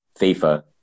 FIFA